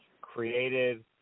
created